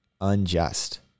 unjust